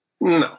No